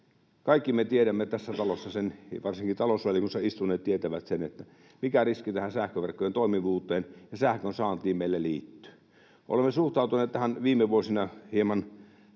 Kaikki me tiedämme tässä talossa sen, varsinkin talousvaliokunnassa istuneet tietävät sen, mikä riski tähän sähköverkkojen toimivuuteen ja sähkönsaantiin meille liittyy. Olemme suhtautuneet tähän viime vuosina hieman